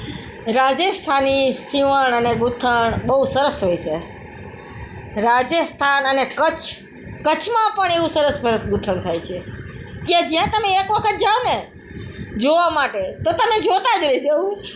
રાજસ્થાની સીવણ અને ગૂંથણ બહુ સરસ હોય છે રાજસ્થાન અને કચ્છ કચ્છમાં પણ એવું સરસ ભરત ગૂંથણ થાય છે કે જ્યાં તમે એક વખત જાવ ને જોવા માટે તો તમે જોતા જ રહી જાવ